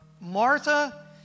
Martha